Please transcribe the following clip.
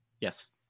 Yes